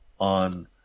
on